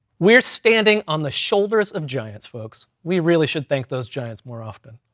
we're standing on the shoulders of giants folks. we really should thank those giants more often.